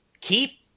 keep